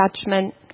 judgment